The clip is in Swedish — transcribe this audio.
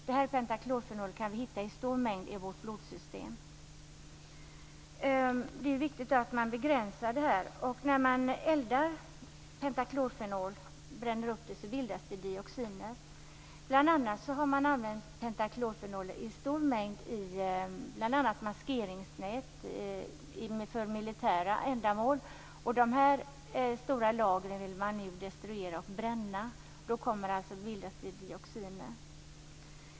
Detta pentaklorfenol kan finnas i stora mängder i vårt blodsystem. Det är viktigt att det sker begränsningar. När pentaklorfenol eldas bildas dioxiner. Pentaklorfenol har använts i stor mängd i bl.a. maskeringsnät för militära ändamål. Dessa stora lager vill man nu destruera och bränna. Då kommer det att bildas dioxiner.